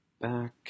back